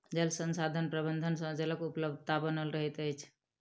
जल संसाधन प्रबंधन सँ जलक उपलब्धता बनल रहैत अछि